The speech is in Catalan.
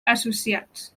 associats